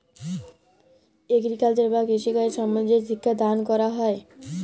agriculture বা কৃষিকাজ সম্বন্ধে যে শিক্ষা দাল ক্যরা হ্যয়